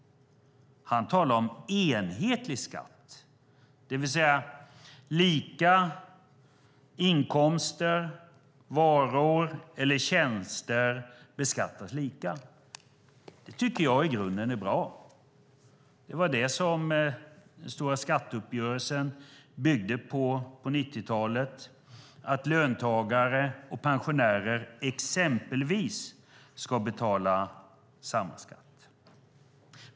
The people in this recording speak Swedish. Han talar om enhetlig skatt, det vill säga lika inkomster, varor eller tjänster beskattas lika. Det tycker jag i grunden är bra. Det var det som den stora skatteuppgörelsen på 90-talet byggde på, att exempelvis löntagare och pensionärer ska betala samma skatt.